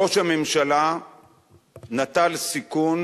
ראש הממשלה נטל סיכון